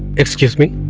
excuse me